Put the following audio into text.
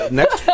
next